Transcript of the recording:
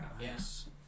Yes